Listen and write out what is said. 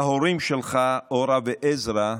להורים שלך, אורה ועזרא,